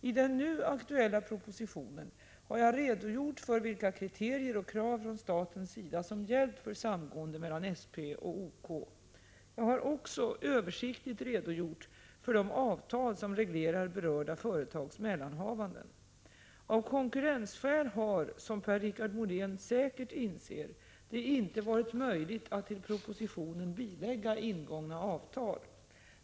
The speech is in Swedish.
I den nu aktuella propositionen har jag redogjort för vilka kriterier och krav från statens sida som gällt för samgående mellan SP och OK. Jag har också översiktligt redogjort för de avtal som reglerar berörda företags mellanhavanden. Av konkurrensskäl har, som Per-Richard Molén säkert inser, det inte varit möjligt att till propositionen foga ingångna avtal.